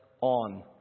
on